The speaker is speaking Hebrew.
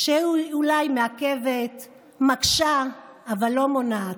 היא אולי מעכבת, מקשה, אבל לא מונעת.